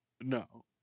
No